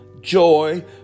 joy